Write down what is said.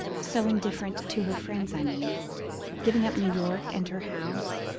so indifferent to her friends, i mean giving up new york and her house,